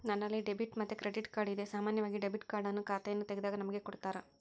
ನನ್ನಲ್ಲಿ ಡೆಬಿಟ್ ಮತ್ತೆ credit card ಇದೆ, ಸಾಮಾನ್ಯವಾಗಿ ಡೆಬಿಟ್ ಕಾರ್ಡ್ ಅನ್ನು ಖಾತೆಯನ್ನು ತೆಗೆದಾಗ ನಮಗೆ ಕೊಡುತ್ತಾರ